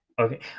Okay